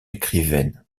écrivaine